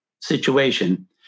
situation